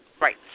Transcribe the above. right